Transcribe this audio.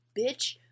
bitch